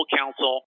counsel